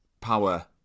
power